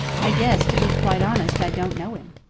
i guess, to be quite honest, i don't know him.